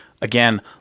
Again